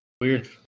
weird